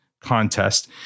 contest